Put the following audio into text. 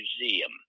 Museum